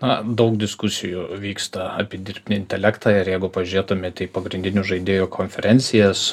na daug diskusijų vyksta apie dirbtinį intelektą ir jeigu pažiūrėtumėt į pagrindinių žaidėjų konferencijas